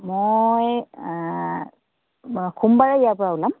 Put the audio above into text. মই সোমবাৰে ইয়াৰ পৰা ওলাম